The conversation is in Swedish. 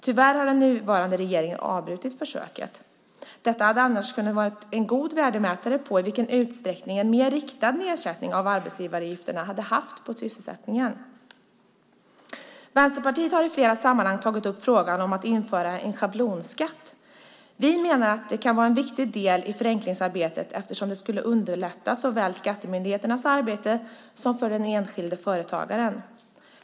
Tyvärr har den nuvarande regeringen avbrutit försöket. Det hade annars kunnat vara en god värdemätare på i vilken utsträckning en mer riktad nedsättning av arbetsgivaravgifterna hade haft inverkan på sysselsättningen. Vänsterpartiet har i flera sammanhang tagit upp frågan om att införa en schablonskatt. Vi menar att det kan vara en viktig del i förenklingsarbetet eftersom det skulle underlätta för såväl skattemyndigheterna som den enskilde företagaren.